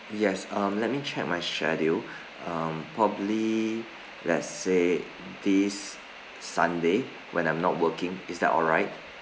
yes um let me check my schedule um probably let's say this sunday when I'm not working is that alright